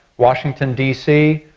washington dc,